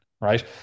Right